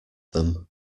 them